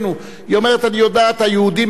היא אומרת: אני יודעת שהיהודים בכל העולם,